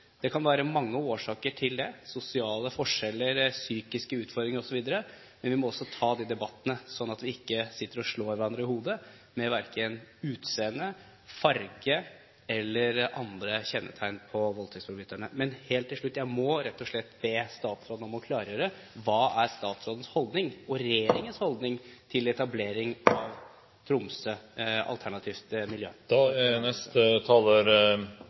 Det kan være mange årsaker til det – sosiale forskjeller, psykiske utfordringer osv. – men vi må også ta de debattene, slik at vi ikke sitter og slår hverandre i hodet med utseende, farge eller andre kjennetegn på voldtektsforbryterne. Men helt til slutt må jeg rett og slett be statsråden om å klargjøre: Hva er statsrådens – og regjeringens – holdning til etablering av et alternativt miljø